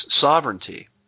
sovereignty